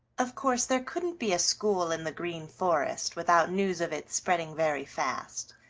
of course there couldn't be a school in the green forest without news of it spreading very fast.